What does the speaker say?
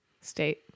state